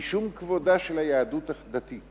משום כבודה של היהדות הדתית,